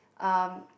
um